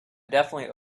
definitely